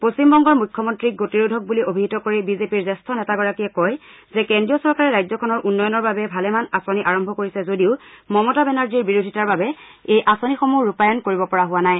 পশ্চিমবংগৰ মুখ্যমন্ত্ৰীক গতিৰোধক বুলি অভিহিত কৰি বিজেপিৰ জ্যেষ্ঠ নেতাগৰাকীয়ে কয় যে কেন্দ্ৰীয় চৰকাৰে ৰাজ্যখনৰ উন্নয়নৰ বাবে ভালেমান আঁচনি আৰম্ভ কৰিছে যদিও শ্ৰীমতী মমতা বেনাৰ্জীৰ বিৰোধিতাৰ বাবে এই আঁচনি সমূহ ৰূপায়ণ কৰিব পৰা হোৱা নাই